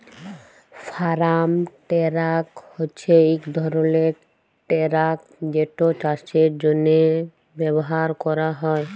farm tractor হছে ইক ধরলের টেরাক যেট চাষের জ্যনহে ব্যাভার ক্যরা হয়